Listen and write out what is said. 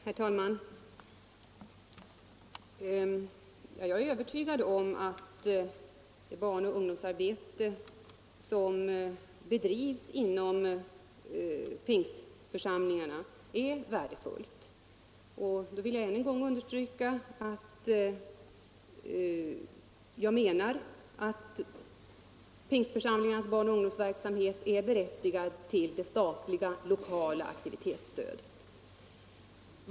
Herr talman! Jag är övertygad om att det barnoch ungdomsarbete som bedrivs inom pingstförsamlingarna är värdefullt, och jag vill än en gång understryka att jag menar att pingstförsamlingarnas barnoch ungdomsverksamhet är berättigad till det staltliga lokala stödet.